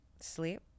Sleep